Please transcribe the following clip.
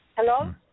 Hello